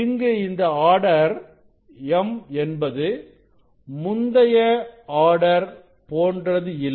இங்கு இந்த order m என்பது முந்தைய ஆர்டர் போன்றது இல்லை